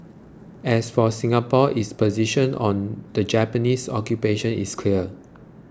as for Singapore its position on the Japanese occupation is clear